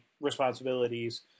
responsibilities